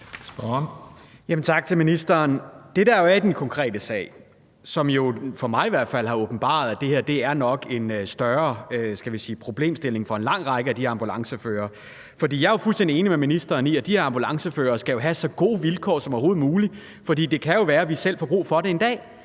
ministeren. Den konkrete sag har for mig åbenbaret, at det her nok er en større, skal vi sige problemstilling for en lang række ambulanceførere. Jeg er fuldstændig enig med ministeren i, at de her ambulanceførere jo skal have så gode vilkår som overhovedet muligt, for det kan jo være, at vi selv får brug for det en dag.